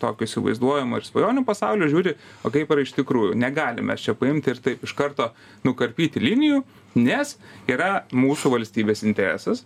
tokio įsivaizduojamo ir svajonių pasaulio žiūri o kaip yra iš tikrųjų negalim mes čia paimti ir taip iš karto nukarpyti linijų nes yra mūsų valstybės interesas